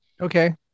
Okay